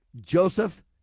Joseph